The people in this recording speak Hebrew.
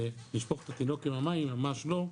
לשפוך את התינוק עם המים ממש לא.